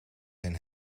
zijn